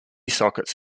sockets